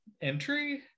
entry